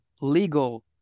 legal